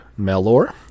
Melor